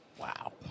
Wow